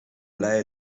blij